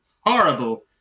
horrible